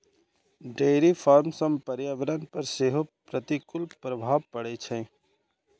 dairy farm सं पर्यावरण पर सेहो प्रतिकूल प्रभाव पड़ै छै